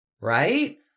Right